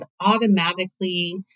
automatically